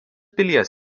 pilies